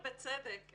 ובצדק,